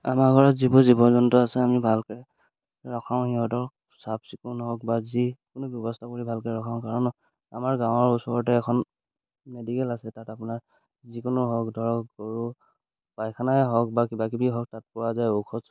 আমাৰ ঘৰত যিবোৰ জীৱ জন্তু আছে আমি ভালকে ৰাখাওঁ সিহঁতক চাফ চিকুণ হওক বা যিকোনো ব্যৱস্থা কৰি ভালকৈ ৰখাওঁ কাৰণ আমাৰ গাঁৱৰ ওচৰতে এখন মেডিকেল আছে তাত আপোনাৰ যিকোনো হওক ধৰক গৰু পায়খানাই হওক বা কিবাকিবি হওক তাত পোৱা যায় ঔষধ